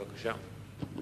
בבקשה.